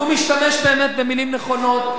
אז הוא משתמש באמת במלים נכונות,